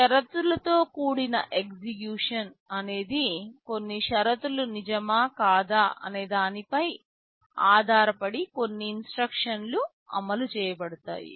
షరతులతో కూడిన ఎగ్జిక్యూషన్ అనేది కొన్ని షరతులు నిజమా కాదా అనే దానిపై ఆధారపడి కొన్ని ఇన్స్ట్రక్షన్లు అమలు చేయబడతాయి